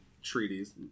Treaties